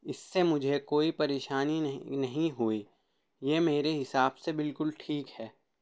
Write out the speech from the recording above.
اس سے مجھے کوئی پریشانی نہیں ہوئی یہ میرے حساب سے بالکل ٹھیک ہے